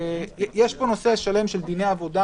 יש פה נושא שלם של דיני עבודה,